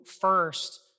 first